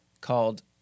called